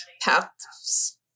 paths